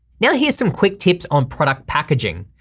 now here's some quick tips on product packaging.